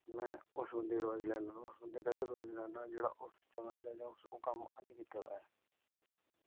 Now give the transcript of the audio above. में उस बंदे दी एडवाइस लैना हुन्ना उस बंदे दी कदें राय नी लैंदा जेह्ड़ा उस चाल्लां जो ओह् कम्म हन्नी कीते दा ऐ